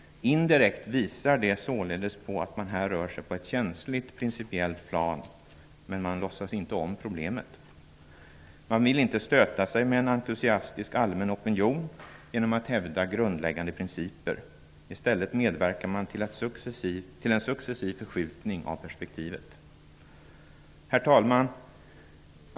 Indirekt visar det således på att man här rör sig på ett känsligt principiellt plan, men man låtsas inte om problemet. Man vill inte stöta sig med en entusiastisk allmän opinion genom att hävda grundläggande principer. I stället medverkar man till en successiv förskjutning av perspektivet. Herr talman!